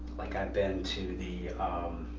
like i've been to the umm.